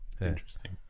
Interesting